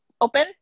open